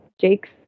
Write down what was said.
Jake's